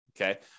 okay